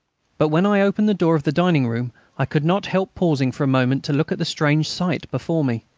but when i opened the door of the dining-room i could not help pausing for a moment to look at the strange sight before me.